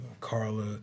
Carla